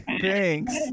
thanks